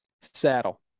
saddle